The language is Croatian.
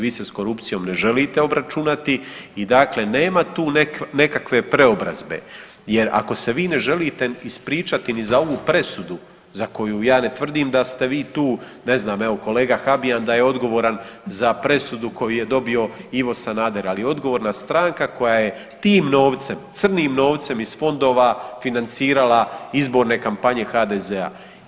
Vi se s korupcijom ne želite obračunati i dakle nema tu nekakve preobrazbe jer ako se vi ne želite ispričati ni za ovu presudu za koju ja ne tvrdim da ste vi tu, ne znam evo kolega Habijan da je odgovoran za presudu koju je dobio Ivo Sanader, ali je odgovorna stranka koja je tim novcem, crnim novcem iz fondova financirala izborne kampanje HDZ-a.